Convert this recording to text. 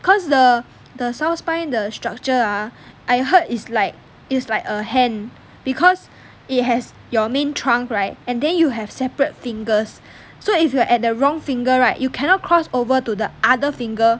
cause the the south spine the structure ah I heard is like is like a hand because it has your main trunk right and then you have separate fingers so if you are at the wrong finger right you cannot cross over to the other finger